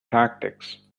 tactics